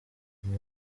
umwe